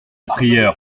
prieure